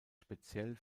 speziell